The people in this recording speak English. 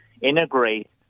integrate